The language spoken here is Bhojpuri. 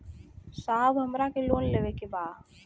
साहब हमरा के लोन लेवे के बा